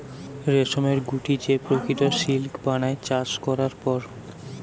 রেশমের গুটি যে প্রকৃত সিল্ক বানায় চাষ করবার পর